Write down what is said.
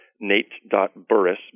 nate.burris